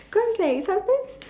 cause like sometimes